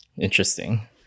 Interesting